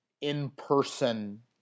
in-person